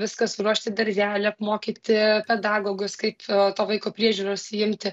viską suruošti į darželį apmokyti pedagogus kaip to vaiko priežiūros imti